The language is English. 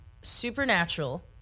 supernatural